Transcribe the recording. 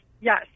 yes